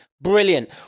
Brilliant